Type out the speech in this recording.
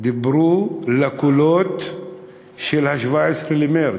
דיברו לקולות של 17 במרס.